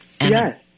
Yes